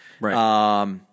right